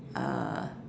uh